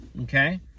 Okay